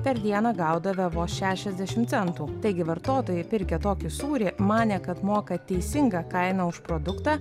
per dieną gaudavę vos šešiasdešimt centų taigi vartotojai pirkę tokį sūrį manė kad moka teisingą kainą už produktą